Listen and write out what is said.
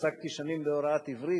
עסקתי שנים בהוראת עברית,